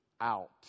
out